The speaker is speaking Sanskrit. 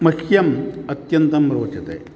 मह्यम् अत्यन्तं रोचते